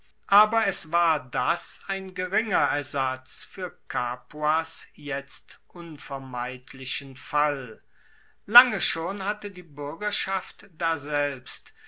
aber es war das ein geringer ersatz fuer capuas jetzt unvermeidlichen fall lange schon hatte die buergerschaft daselbst